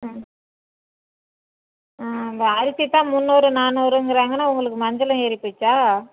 ஆ ஆ இந்த அரிசி தான் முன்னூறு நானூறுங்கிறாங்கன்னால் உங்களுக்கு மஞ்சளும் ஏறிப்போச்சா